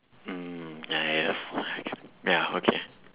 mm ya ya yes ya okay